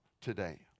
today